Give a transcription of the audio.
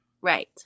Right